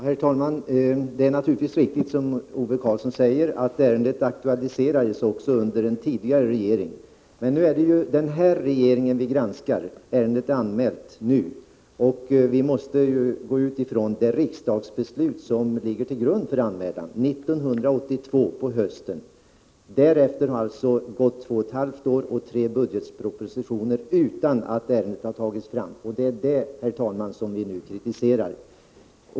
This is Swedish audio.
Herr talman! Det är riktigt som Ove Karlsson säger att ärendet aktualiserades också under en tidigare regering. Men nu är det denna regering vi granskar. Ärendet har anmälts nu, och vi måste utgå ifrån det riksdagsbeslut, 1982 på hösten, som ligger till grund för anmälan. Därefter har det gått två och ett halvt år och kommit tre budgetpropositioner utan att ärendet tagits fram. Det är detta vi vill kritisera.